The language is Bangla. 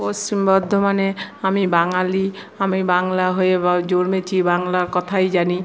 পশ্চিম বর্ধমানে আমি বাঙালি আমি বাংলা হয়ে জন্মেছি বাংলা কথাই জানি